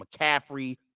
McCaffrey